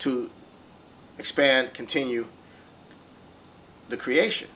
to expand continue the creation